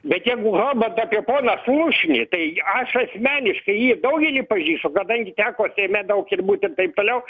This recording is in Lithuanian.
bet jeigu kalbant apie poną slušnį tai aš asmeniškai jį daugelį pažįstu kadangi teko seime daug ir būt ir taip toliau